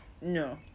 No